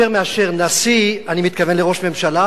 יותר מאשר נשיא אני מתכוון לראש הממשלה,